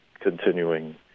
continuing